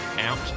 out